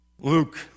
Luke